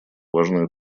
важную